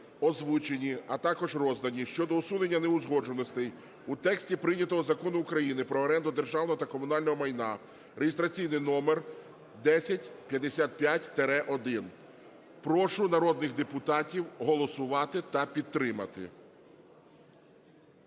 озвучені, а також роздані щодо усунення неузгодженостей у тексті прийнятого Закону України про оренду державного та комунального майна (реєстраційний номер 1055-1). Прошу народних депутатів голосувати та підтримати.